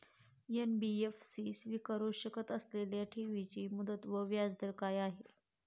NBFC स्वीकारु शकत असलेल्या ठेवीची मुदत व व्याजदर काय आहे?